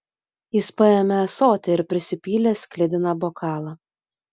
jis paėmė ąsotį ir prisipylė sklidiną bokalą